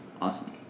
Awesome